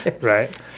Right